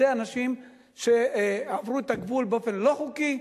אלה אנשים שעברו את הגבול באופן לא חוקי,